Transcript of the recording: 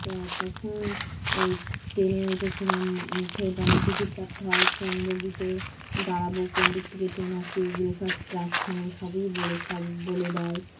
তখন ওই ট্রেনে উঠেছিলাম উঠে মানে টিকিট কাটতে হয় কোন বগিতে দাঁড়াবো কোন দিক থেকে ট্রেন আসবে এগুলো সব প্ল্যাটফর্মে সবই বলে সব বলে দেয়